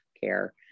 care